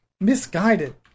misguided